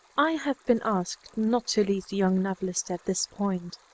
i have been asked not to leave the young novelist at this point.